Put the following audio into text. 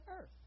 earth